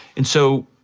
and so,